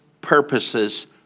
purposes